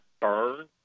burn